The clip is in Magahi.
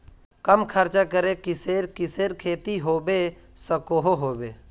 कम खर्च करे किसेर किसेर खेती होबे सकोहो होबे?